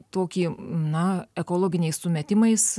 tokį na ekologiniais sumetimais